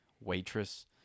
waitress